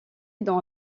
dans